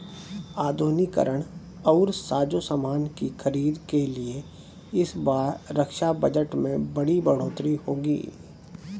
आधुनिकीकरण और साजोसामान की खरीद के लिए इस बार रक्षा बजट में बड़ी बढ़ोतरी होगी